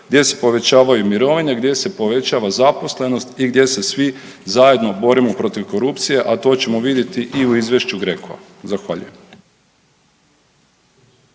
gdje se povećavaju mirovine, gdje se povećava zaposlenost i gdje se svi zajedno borimo protiv korupcije, a to ćemo vidjeti i u izvješću GRECO-a. Zahvaljujem.